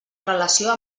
relació